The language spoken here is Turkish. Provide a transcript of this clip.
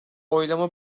oylama